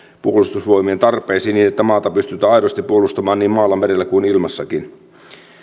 puolustusvoimien tarpeisiin niin että maata pystytään aidosti puolustamaan niin maalla merellä kuin ilmassakin